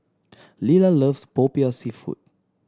Lelah loves Popiah Seafood